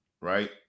right